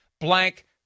Blank